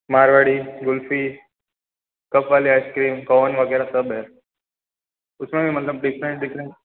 Marwari kulfi cup वाली ice cream cone वगैरह सब है उसमें भी मतलब डिफरेंट डिफरेंट